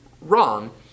wrong